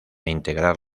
integrar